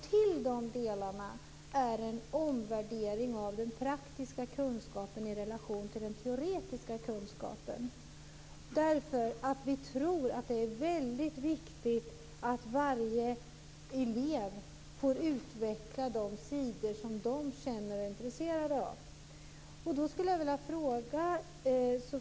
Till de delarna hör en omvärdering av den praktiska kunskapen i relation till den teoretiska kunskapen därför att vi tror att det är väldigt viktigt att varje elev får utveckla de sidor som de är intresserade av.